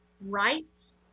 right